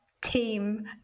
team